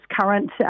current